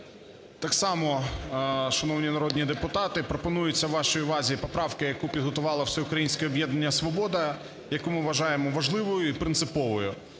Так само, шановні народні депутати, пропонується вашій увазі поправка, яку підготувало Всеукраїнське об'єднання "Свобода", яку ми вважаємо важливою і принциповою,